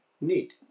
Neat